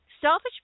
selfish